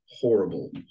horrible